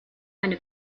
eine